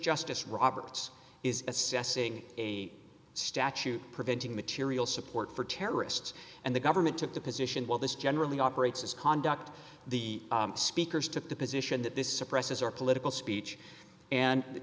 justice roberts is assessing a statute preventing material support for terrorists and the government took the position while this generally operates as conduct the speaker's took the position that this suppresses our political speech and